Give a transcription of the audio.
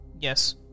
Yes